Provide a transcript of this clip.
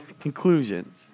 Conclusion